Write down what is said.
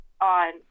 on